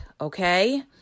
okay